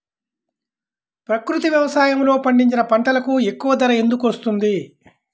ప్రకృతి వ్యవసాయములో పండించిన పంటలకు ఎక్కువ ధర ఎందుకు వస్తుంది?